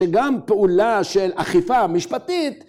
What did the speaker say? ‫וגם פעולה של אכיפה משפטית.